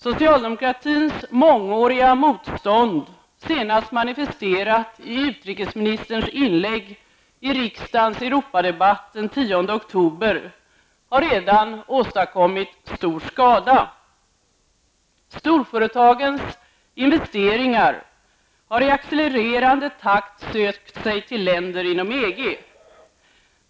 Socialdemokratins mångåriga motstånd, senast manifesterat i utrikesministerns inlägg i riksdagens Europadebatt den 10 oktober, har redan åstadkommit stor skada. Storföretagens investeringar har i accelerande takt sökt sig till länder inom EG.